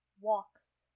walks